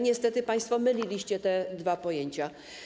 Niestety, państwo myliliście te dwa pojęcia.